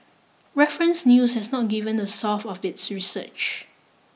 Reference News has not given the source of its research